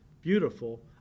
beautiful